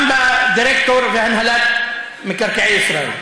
גם בדירקטוריון ובהנהלת מקרקעי ישראל,